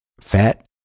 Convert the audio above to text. Fat